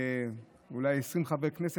אולי 20 חברי כנסת,